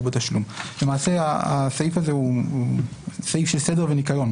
בתשלום." למעשה הסעיף הזה הוא סעיף של סדר וניקיון.